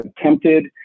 attempted